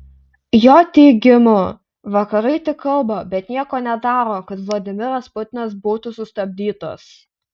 jo teigimu vakarai tik kalba bet nieko nedaro kad vladimiras putinas būtų sustabdytas